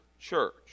church